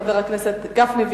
חבר הכנסת משה גפני,